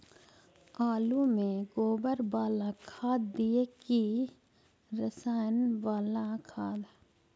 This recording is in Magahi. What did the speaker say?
आलु में गोबर बाला खाद दियै कि रसायन बाला खाद?